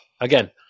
Again